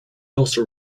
also